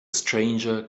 stranger